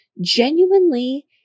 genuinely